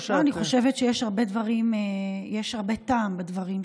אני חושבת שיש הרבה טעם בדברים שלך,